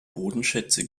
bodenschätze